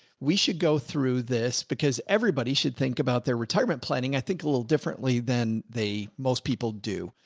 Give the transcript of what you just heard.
we should go through this because everybody should think about their retirement planning. i think a little differently than they, most people do.